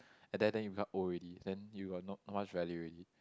and then then you become old already then you are not much value already